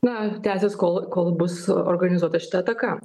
na tęsis kol kol bus organizuota šita ataka